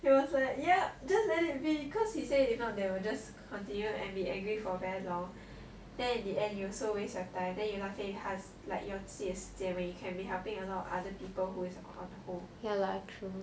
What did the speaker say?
he was like yup just let it be cause he say if not they will just continue and be angry for very long then in the end you also waste your time then you 浪费自己的时间 when you can be helping a lot of other people who is on hold